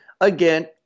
Again